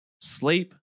Sleep